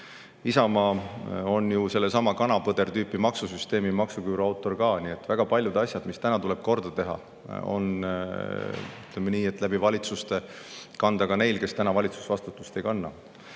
Isamaa on ju sellesama kana-põder-tüüpi maksusüsteemi ja maksuküüru autor ka. Nii et väga paljud asjad, mis nüüd tuleb korda teha, on, ütleme nii, läbi valitsuste olnud ka nende kanda, kes täna valitsusvastutust ei kanna.